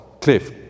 cliff